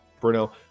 Bruno